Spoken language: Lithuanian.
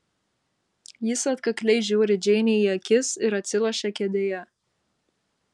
jis atkakliai žiūri džeinei į akis ir atsilošia kėdėje